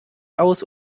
aus